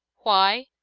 why?